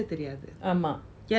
ஆமா:ama